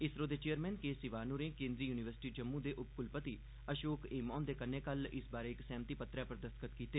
इसरो दे चेयरमैन के सिवान होरें केन्द्रीय यूनिवर्सिटी जम्मू दे उपकुलपति अशोक ऐमा हुंदे कन्नै कल इस बारे इक सैह्मति पत्रै उप्पर दस्तखत कीते